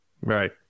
Right